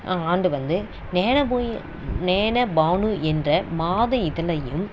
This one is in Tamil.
ஆண்டு வந்து நேன போய் நேன பானு என்ற மாத இதழையும்